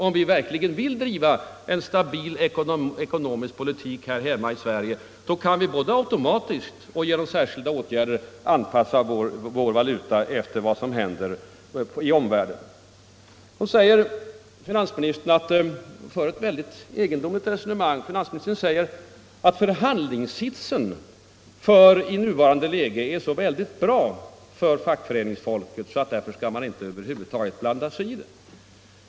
Om vi verkligen vill driva en stabil ekonomisk politik här hemma i Sverige kan vi både automatiskt och genom särskilda åtgärder anpassa vår valuta efter vad som händer i omvärlden. Finansministern för ett mycket egendomligt resonemang och säger att förhandlingssitsen i nuvarande läge är så bra för fackföreningsfolket att det inte finns någon anledning att över huvud taget blanda sig i förhandlingarna.